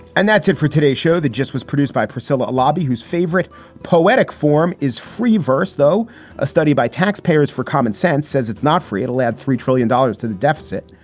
and that's it for today's show that just was produced by priscila lobby, whose favorite poetic form is free verse. though a study by taxpayers for common sense says it's not free, it'll add three trillion dollars to the deficit.